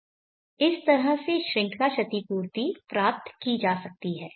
इस तरह से श्रृंखला क्षतिपूर्ति प्राप्त की जा सकती है